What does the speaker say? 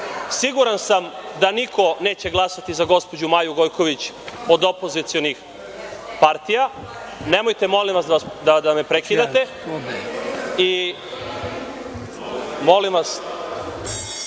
Siguran sam da niko neće glasati za gospođu Maju Gojković od opozicionih partija. Nemojte, molim vas, da me prekidate. Molim vas,